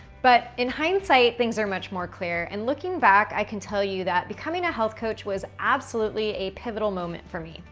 but in hindsight things are much more clearer. and looking back, i can tell you that becoming a health coach was absolutely a pivotal moment for me.